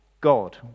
God